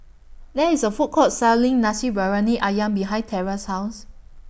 There IS A Food Court Selling Nasi Briyani Ayam behind Terra's House